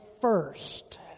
first